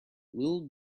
little